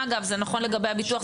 אגב זה נכון לגבי הביטוח,